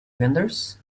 vendors